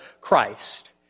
Christ